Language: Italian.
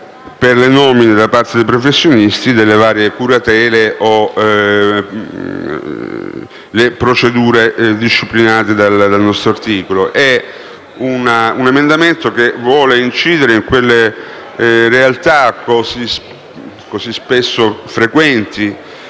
per le nomine, da parte dei professionisti, delle varie curatele o delle procedure disciplinate dall'articolo 7. È un emendamento che vuole incidere su quelle realtà, così frequenti